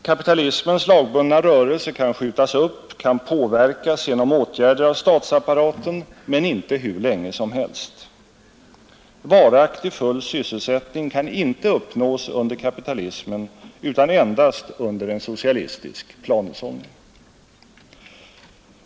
Kapitalismens lagbundna rörelse kan skjutas upp, den kan påverkas genom åtgärder av statsapparaten, men inte hur länge som helst. Varaktig full sysselsättning kan inte uppnås under kapitalismen utan endast under en socialistisk planhushållning.